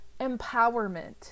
empowerment